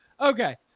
okay